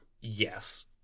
Yes